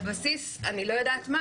אני לא יודעת על איזה בסיס,